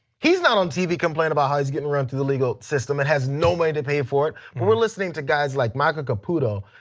he's not on tv complaining about how he's getting run through the legal system and has no way to pay for it. but we are listening to guys like michael caputo,